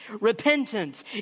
Repentance